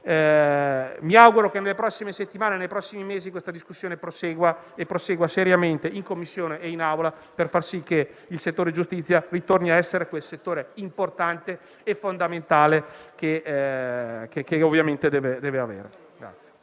Mi auguro che nelle prossime settimane e nei prossimi mesi questa discussione prosegua seriamente, in Commissione e in Aula, per far sì che quello della giustizia ritorni a essere un settore importante e fondamentale, com'è giusto che sia.